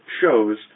shows